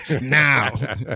Now